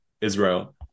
Israel